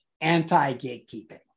anti-gatekeeping